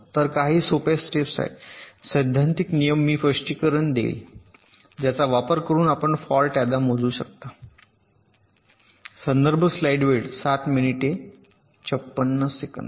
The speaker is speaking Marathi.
तर काही सोप्या सेट आहेत सैद्धांतिक नियम मी स्पष्टीकरण देईन ज्याचा वापर करून आपण फॉल्ट याद्या मोजू शकता